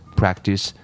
practice